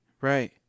Right